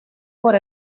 por